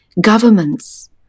governments